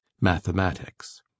mathematics